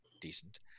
decent